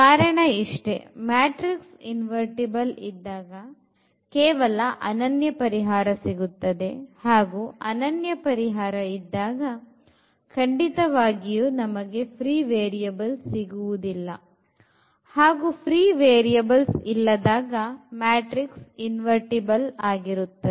ಕಾರಣ ಇಷ್ಟೇ matrix invertible ಇದ್ದಾಗ ಕೇವಲ ಅನನ್ಯ ಪರಿಹಾರ ಸಿಗುತ್ತದೆ ಹಾಗೂ ಅನನ್ಯ ಪರಿಹಾರ ಇದ್ದಾಗ ಖಂಡಿತವಾಗಿಯೂ ನಮಗೆ free variables ಸಿಗುವುದಿಲ್ಲ ಹಾಗೂ free variables ಇಲ್ಲದಾಗ matrix invertible ಆಗಿರುತ್ತದೆ